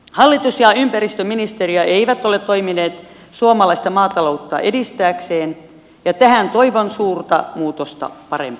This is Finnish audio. hallitus ja ympäristöministeriö eivät ole toimineet suomalaista maataloutta edistääkseen ja tähän toivon suurta muutosta parempaan